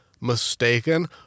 mistaken